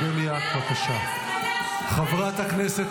--- חברת הכנסת